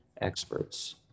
experts